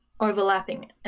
overlapping